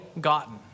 gotten